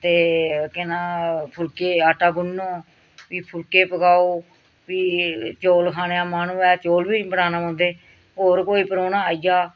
ते केह् नांऽ फुलके आटा गुन्नो फ्ही फुलके पकाओ फ्ही चौल खाने दा मन होऐ चौल बी बनाने पौंदे होर कोई परौह्ना आई गेआ